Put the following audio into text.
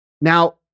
now